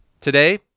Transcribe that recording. Today